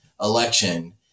election